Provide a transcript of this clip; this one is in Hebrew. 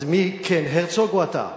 אז מי כן, הרצוג או אתה?